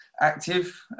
Active